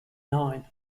nine